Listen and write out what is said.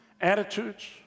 attitudes